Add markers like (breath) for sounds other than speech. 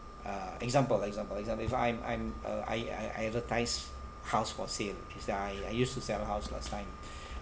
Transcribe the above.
uh example example let say if I'm I'm uh I I I advertise house for sale is that I I used to sell house last time (breath)